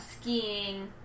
skiing